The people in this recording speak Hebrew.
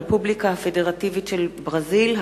הרפובליקה הפדרטיבית של ברזיל,